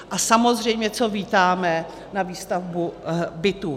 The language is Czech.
A samozřejmě co vítáme, na výstavbu bytů.